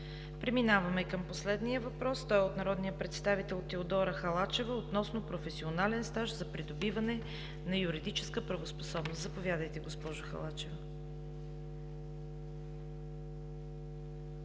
Преминаваме към последния въпрос. Той е от народния представител Теодора Халачева, относно професионален стаж за придобиване на юридическа правоспособност. Заповядайте, госпожо Халачева.